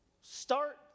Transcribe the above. start